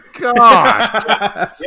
god